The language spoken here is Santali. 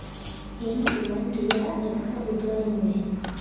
ᱤᱧ ᱰᱤᱢᱟᱱᱰ ᱨᱮᱭᱟᱜ ᱱᱟᱹᱠᱠᱷᱟᱹ ᱩᱫᱩᱜᱽ ᱟᱹᱧ ᱢᱮ